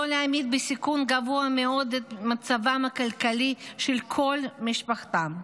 לא להעמיד בסיכון גבוה מאוד את מצבם הכלכלי של כל משפחתם,